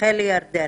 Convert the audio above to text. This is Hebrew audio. רחלי ירדן.